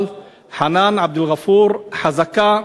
אבל חנאן עבד אלע'פור, חזקה,